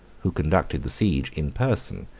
who conducted the siege in person,